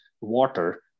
water